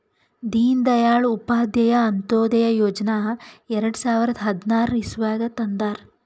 ದೀನ್ ದಯಾಳ್ ಉಪಾಧ್ಯಾಯ ಅಂತ್ಯೋದಯ ಯೋಜನಾ ಎರಡು ಸಾವಿರದ ಹದ್ನಾರ್ ಇಸ್ವಿನಾಗ್ ತಂದಾರ್